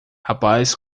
rapaz